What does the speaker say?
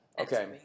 Okay